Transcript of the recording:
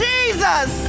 Jesus